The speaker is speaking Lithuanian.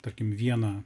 tarkim vieną